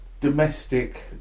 domestic